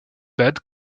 bad